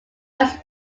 house